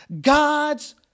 God's